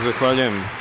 Zahvaljujem.